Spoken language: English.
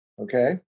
Okay